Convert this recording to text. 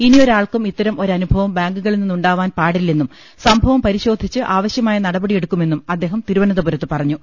ഇനിയൊരാൾക്കും ഇത്തരം ഒരനുഭവം ബാങ്കുകളിൽ നിന്ന് ഉണ്ടാവാൻ പാടില്ലെന്നും സംഭവം പരിശോ ധിച്ച് ആവശ്യമായ നടപടി എടുക്കുമെന്നും അദ്ദേഹം തിരുവന ന്തപുരത്ത് പറഞ്ഞു